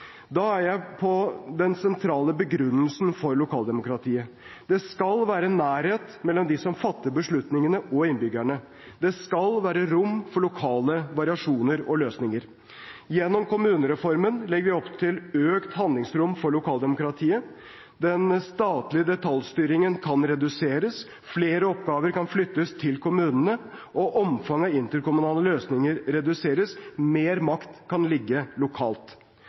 Da er jeg inne på den sentrale begrunnelsen for lokaldemokratiet. Det skal være nærhet mellom dem som fatter beslutningene og innbyggerne. Det skal være rom for lokale variasjoner og løsninger. Gjennom kommunereformen legger vi opp til økt handlingsrom for lokaldemokratiet. Den statlige detaljstyringen kan reduseres, flere oppgaver kan flyttes til kommunene, og omfanget av interkommunale løsninger kan reduseres – mer makt kan ligge lokalt.